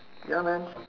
ya man